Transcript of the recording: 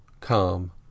Calm